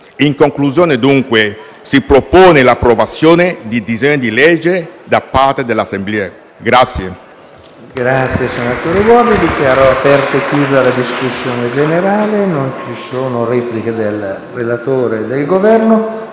In conclusione, si propone l'approvazione del disegno di legge da parte dell'Assemblea.